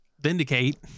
Vindicate